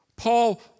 Paul